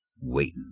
waiting